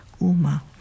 Uma